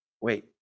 Wait